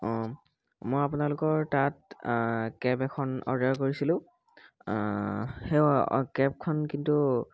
অ' মই আপোনালোকৰ তাত কেব এখন অৰ্ডাৰ কৰিছিলোঁ সেই কেবখন কিন্তু